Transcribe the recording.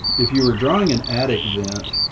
if you were drawing an attic vent,